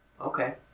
okay